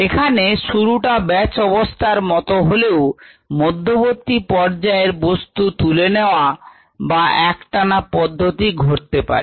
এখানে শুরুটা ব্যাচ অবস্থার মতো হলেও মধ্যবর্তী পর্যায়ে বস্তু তুলে নেওয়া বা একটানা পদ্ধতি ঘটতে পারে